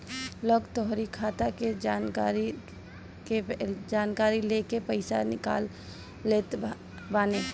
लोग तोहरी खाता के जानकारी लेके पईसा निकाल लेत बाने